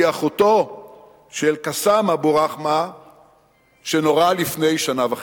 שהיא אחותו של באסם אבו רחמה שנורה לפני שנה וחצי.